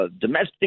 domestic